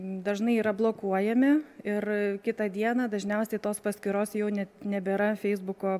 dažnai yra blokuojami ir kitą dieną dažniausiai tos paskyros jau nebėra feisbuko